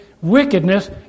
wickedness